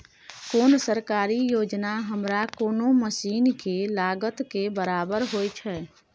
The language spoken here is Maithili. कोन सरकारी योजना हमरा कोनो मसीन के लागत के बराबर होय छै?